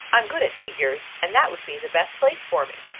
i'm good at figures, and that would be the best place for me.